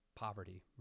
Poverty